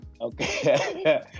Okay